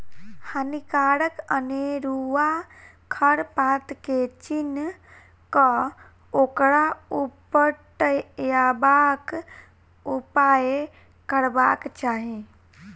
हानिकारक अनेरुआ खर पात के चीन्ह क ओकरा उपटयबाक उपाय करबाक चाही